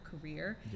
career